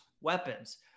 weapons